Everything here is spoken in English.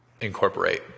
incorporate